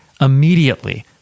immediately